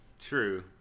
True